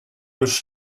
was